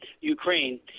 Ukraine